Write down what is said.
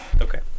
Okay